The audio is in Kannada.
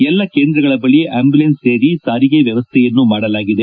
ಎಲ್ಲ ಕೇಂದ್ರಗಳ ಬಳಿ ಅಂಬುಲೆನ್ಸ್ ಸೇರಿ ಸಾರಿಗೆ ವ್ಯವಸ್ಥೆಯನ್ನೂ ಮಾಡಲಾಗಿದೆ